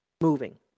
moving